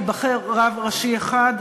ייבחר רב ראשי אחד,